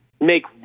make